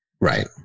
Right